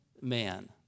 man